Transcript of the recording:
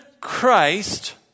Christ